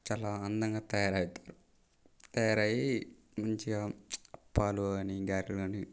చాలా అందగా తయారవుతారు తయారయ్యి మంచిగా అప్పాలు గానీ గారెలు గానీ